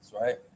right